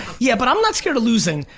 yeah, but i'm not scared of losing.